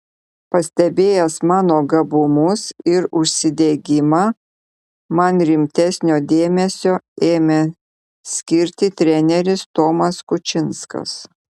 pastebėjęs mano gabumus ir užsidegimą man rimtesnio dėmesio ėmė skirti treneris tomas kučinskas